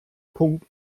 punkt